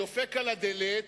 דופק על הדלת,